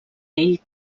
ell